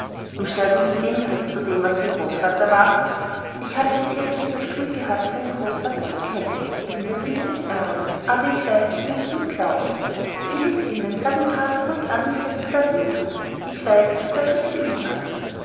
in schneidendem gegensatz zu dem was sein großvater war ich habe bis jetzt nicht das glück gehabt seinen großvater zu kennen erwiderte mrs errol aber ich weiß daß mein kind glaubt sie hielt inne sah den grafen ruhig an und setzte dann hinzu ich weiß daß cedrik sie lieb hat